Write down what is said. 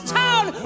town